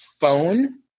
phone